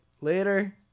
Later